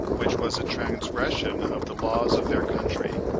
which was a transgression of the laws of their country.